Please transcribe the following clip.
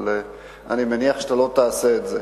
אבל אני מניח שאתה לא תעשה את זה.